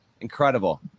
Incredible